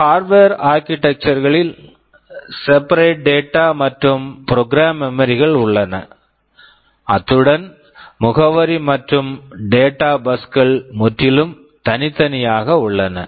Harvard Harvard architecture architecture களில் separate separate data data மற்றும் program program memory memory கள் உள்ளன அத்துடன் முகவரி மற்றும் டேட்டா data பஸ் bus கள் முற்றிலும் தனித்தனியாக உள்ளன